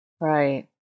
Right